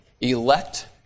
elect